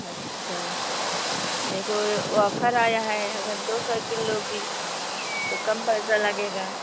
अच्छा देखो ये ऑफर आया है अगर दो साइकिल लोगी तो कम पैसा लगेगा